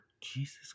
Jesus